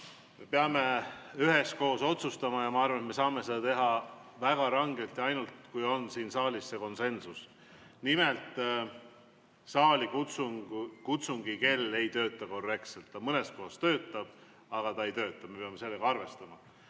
me peame üheskoos otsustama, ja ma arvan, et me saame seda teha väga rangelt ainult siis, kui siin saalis on konsensus. Nimelt, saalikutsungi kell ei tööta korrektselt, ta mõnes kohas töötab, aga [üldiselt] ei tööta. Me peame sellega arvestama.